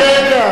רק רגע.